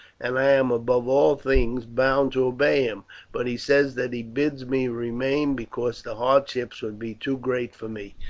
and i am, above all things, bound to obey him but he says that he bids me remain, because the hardships would be too great for me.